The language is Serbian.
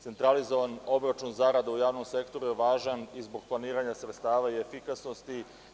Centralizovan obračun zarada u javnom sektoru je važan i zbog planiranja sredstava i efikasnosti.